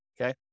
okay